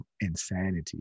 insanity